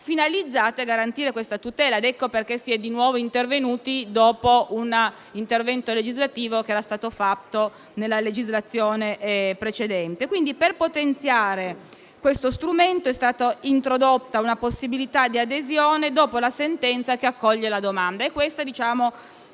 finalizzate a garantire questa tutela. Ecco perché si è di nuovo intervenuti dopo un intervento legislativo, che era stato fatto nella legislatura precedente. Quindi, per potenziare questo strumento è stata introdotta una possibilità di adesione dopo la sentenza che accoglie la domanda e questa è una